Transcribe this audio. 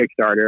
Kickstarter